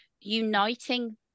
uniting